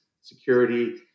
security